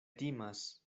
timas